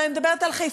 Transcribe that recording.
אלא אני מדברת על חיפה,